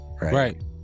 right